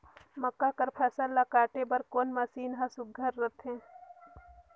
मक्का कर फसल ला काटे बर कोन मशीन ह सुघ्घर रथे?